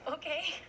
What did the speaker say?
Okay